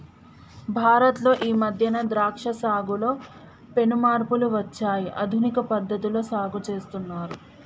భారత్ లో ఈ మధ్యన ద్రాక్ష సాగులో పెను మార్పులు వచ్చాయి ఆధునిక పద్ధతిలో సాగు చేస్తున్నారు